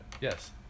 Yes